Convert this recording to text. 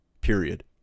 period